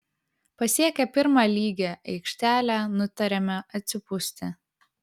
pasiekę pirmą lygią aikštelę nutarėme atsipūsti